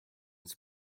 his